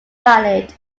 valid